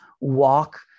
walk